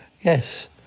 Yes